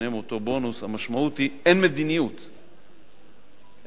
המשמעות היא: אין מדיניות,